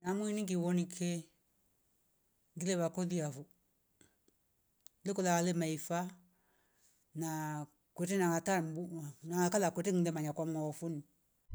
Amwiningi ngi wonike ngile vakoliafo. Vekola lemaifa na kwete na hatambungwa na kala kwete mja manyakana muwongofuni